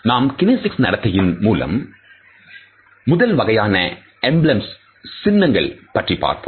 நாம் கினேசிக்ஸ் நடத்தையில் முதல் வகையான எம்பிளம்ஸ் சின்னங்கள் பற்றி பார்ப்போம்